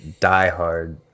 diehard